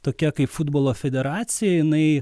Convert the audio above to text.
tokia kaip futbolo federacija jinai